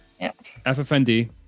ffnd